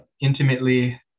intimately